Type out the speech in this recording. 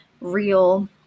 real